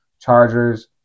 Chargers